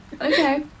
okay